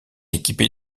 équipée